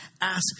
ask